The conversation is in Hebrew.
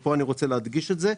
ופה אני רוצה להדגיש את זה,